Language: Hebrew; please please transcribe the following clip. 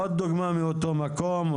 עוד דוגמא מאותו מקום,